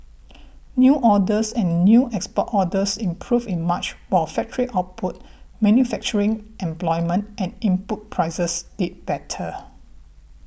new orders and new export orders improved in March while factory output manufacturing employment and input prices did better